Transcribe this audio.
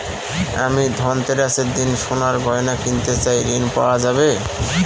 আমি ধনতেরাসের দিন সোনার গয়না কিনতে চাই ঝণ পাওয়া যাবে?